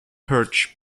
perched